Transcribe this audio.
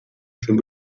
schon